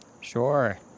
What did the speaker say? Sure